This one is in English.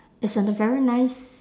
it's a very nice